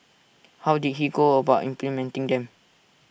how did he go about implementing them